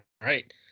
right